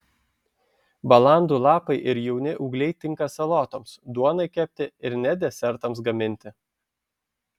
balandų lapai ir jauni ūgliai tinka salotoms duonai kepti ir net desertams gaminti